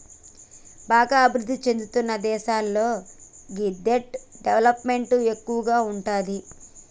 బాగా అభిరుద్ధి చెందుతున్న దేశాల్లో ఈ దెబ్ట్ డెవలప్ మెంట్ ఎక్కువగా ఉంటాది